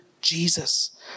Jesus